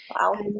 Wow